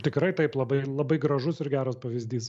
tikrai taip labai labai gražus ir geras pavyzdys